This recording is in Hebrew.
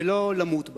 ולא למות בה.